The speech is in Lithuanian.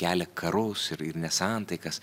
kelia karus ir ir nesantaikas